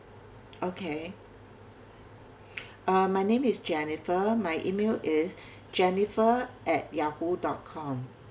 okay uh my name is jennifer my email is jennifer at Yahoo dot com